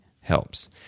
helps